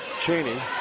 Cheney